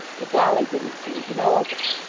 that dolly didn't seem to know of it.